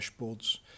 dashboards